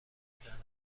میزند